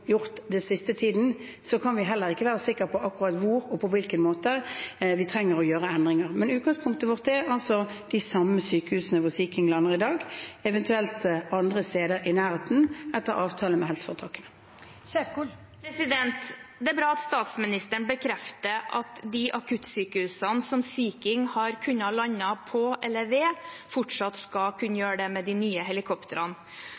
gjort den siste tiden – kan vi heller ikke være sikre på akkurat hvor og på hvilke måter vi trenger å gjøre endringer. Men utgangspunktet vårt er altså de samme sykehusene hvor Sea King lander i dag, eventuelt andre steder i nærheten etter avtale med helseforetakene. Det er bra at statsministeren bekrefter at en på de akuttsykehusene som Sea King har kunnet lande på eller ved, fortsatt skal kunne